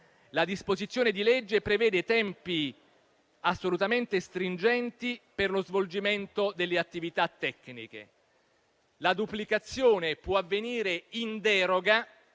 La disposizione di legge prevede tempi assolutamente stringenti per lo svolgimento delle attività tecniche. La duplicazione può avvenire in deroga,